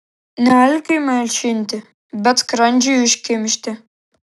ne alkiui malšinti bet skrandžiui užkimšti